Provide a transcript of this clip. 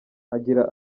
agira